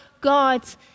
God's